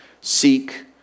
seek